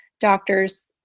doctors